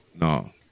No